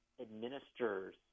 administers